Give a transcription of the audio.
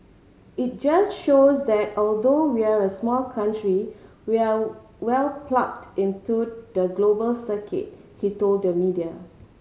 it just shows that although we're a small country we're well plugged into the global circuit he told the media